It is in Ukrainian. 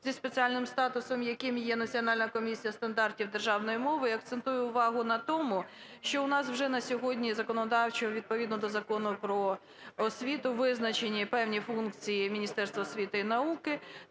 зі спеціальним статусом, яким є Національна комісія стандартів державної мови, і акцентую увагу на тому, що у нас вже на сьогодні законодавчо, відповідно до Закону України "Про освіту", визначені певні функції Міністерства освіти і науки